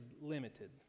limited